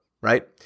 right